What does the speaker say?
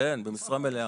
כן, במשרה מלאה.